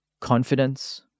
confidence